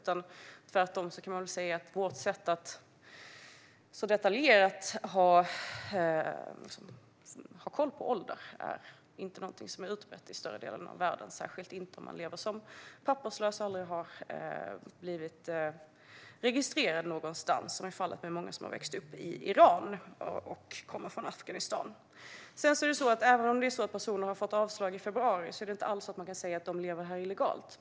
Tvärtom är det vårt sätt att ha detaljerad koll på ålder som inte är utbrett i stora delar av världen, särskilt inte om man lever som papperslös och aldrig har blivit registrerad någonstans. Så är fallet för många som har vuxit upp i Iran och kommer från Afghanistan. Även om personer har fått avslag i februari kan man inte säga att de lever här illegalt.